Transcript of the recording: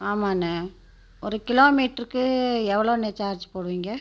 ஆமாண்ணே ஒரு கிலோமீட்டற்கு எவ்வளோண்ணே சார்ஜ் போடுவீங்கள்